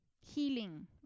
healing